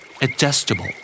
Adjustable